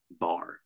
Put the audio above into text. bar